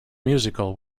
musical